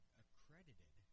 accredited